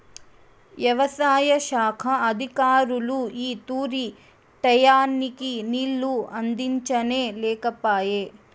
యవసాయ శాఖ అధికారులు ఈ తూరి టైయ్యానికి నీళ్ళు అందించనే లేకపాయె